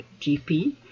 GP